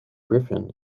griffin